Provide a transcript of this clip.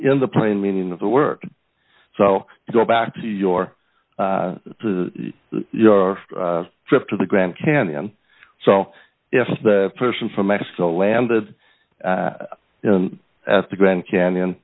in the plain meaning of the work so you go back to your to your trip to the grand canyon so if the person from mexico landed at the grand canyon